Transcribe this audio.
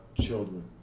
children